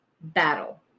battle